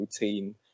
routine